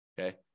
Okay